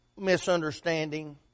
misunderstanding